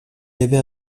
avait